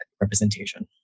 representation